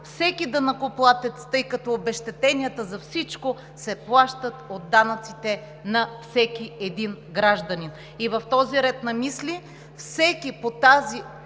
всеки данъкоплатец, тъй като обезщетенията за всичко се плащат от данъците на всеки един гражданин. В този ред на мисли всеки по тази